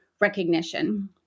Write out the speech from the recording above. recognition